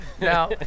now